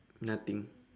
nothing